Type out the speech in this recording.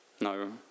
No